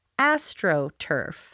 AstroTurf